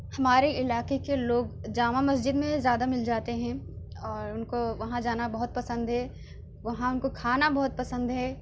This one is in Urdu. ہمارے علاقے کے لوگ جامع مسجد میں زیادہ مل جاتے ہیں اور ان کو وہاں جانا بہت پسند ہے وہاں ان کو کھانا بہت پسند ہے